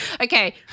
Okay